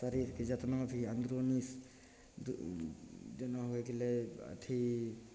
शरीरके जेतना भी अन्दरूनी जेना होइ गेलय अथी